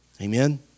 Amen